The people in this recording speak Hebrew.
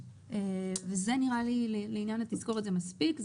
ונראה לי שלעניין התזכורת זה מספיק.